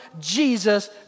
Jesus